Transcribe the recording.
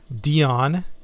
Dion